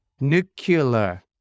Nuclear